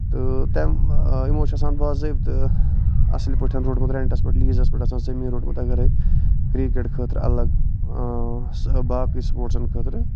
تہٕ تَمہِ یِمو چھُ آسان بازٲبطہٕ اَصٕل پٲٹھۍ روٚٹمُت رینٹس پٮ۪ٹھ لیٖزَس پٮ۪ٹھ آسان زٔمیٖن روٚٹمُت اَگرٕے کِرکَٹ خٲطرٕ اَلگ باقٕے سُپوٹسن خٲطرٕ